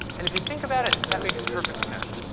and if you think about it, that makes perfect sense.